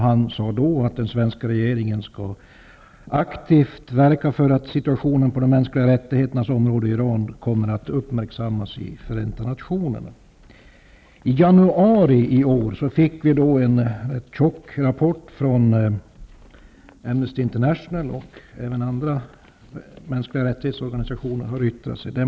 Han sade då att den svenska regeringen skall aktivt verka för att situationen på de mänskliga rät tigheternas område i Iran kommer att uppmärksammas i Förenta natio nerna. I januari i år fick vi en tjock rapport från Amnesty International, och även andra organisationer för mänskliga rättigheter har yttrat sig.